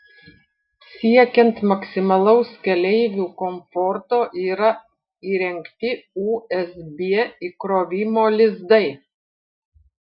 siekiant maksimalaus keleivių komforto yra įrengti usb įkrovimo lizdai